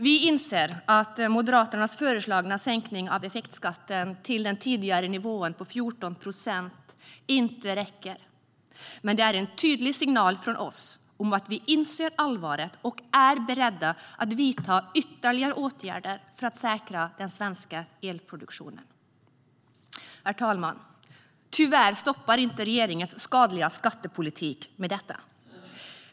Vi inser att Moderaternas föreslagna sänkning av effektskatten till den tidigare nivån på 14 procent inte räcker. Men det är en tydlig signal från oss om att vi inser allvaret och är beredda att vidta ytterligare åtgärder för att säkra den svenska elproduktionen. Herr talman! Tyvärr stannar inte regeringens skadliga skattepolitik vid detta.